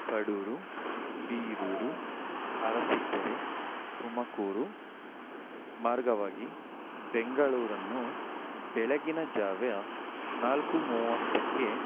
ಕಡೂರು ಬೀರೂರು ಅರಸೀಕೆರೆ ತುಮಕೂರು ಮಾರ್ಗವಾಗಿ ಬೆಂಗಳೂರನ್ನು ಬೆಳಗಿನಜಾವ ನಾಲ್ಕು ಮೂವತ್ತಕ್ಕೆ